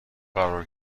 قرار